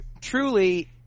Truly